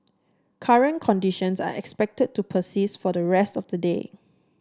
current conditions are expected to persist for the rest of the day